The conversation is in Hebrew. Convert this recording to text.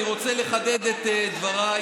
אני רוצה לחדד את דבריי